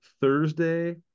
Thursday